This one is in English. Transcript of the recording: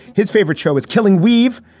his favorite show is killing we've,